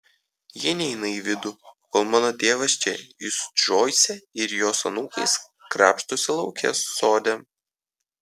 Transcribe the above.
ji neina į vidų kol mano tėvas čia ji su džoise ir jos anūkais krapštosi lauke sode